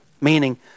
Meaning